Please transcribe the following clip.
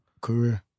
career